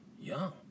Young